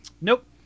nope